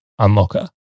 unlocker